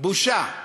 בושה.